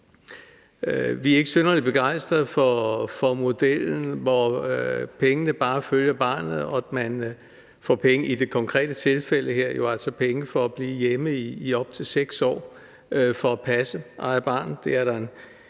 Vi er ikke synderlig begejstrede for modellen, hvor pengene bare følger barnet, og at man i det konkrete tilfælde her får penge for at blive hjemme i op til 6 år for at passe eget barn.